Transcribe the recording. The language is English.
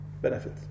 benefit